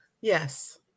Yes